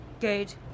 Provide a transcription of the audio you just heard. Good